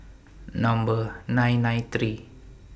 Number nine nine three